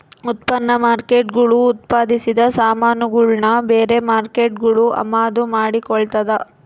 ಉತ್ಪನ್ನ ಮಾರ್ಕೇಟ್ಗುಳು ಉತ್ಪಾದಿಸಿದ ಸಾಮಾನುಗುಳ್ನ ಬೇರೆ ಮಾರ್ಕೇಟ್ಗುಳು ಅಮಾದು ಮಾಡಿಕೊಳ್ತದ